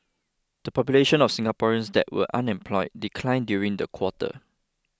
the population of Singaporeans that were unemployed declined during the quarter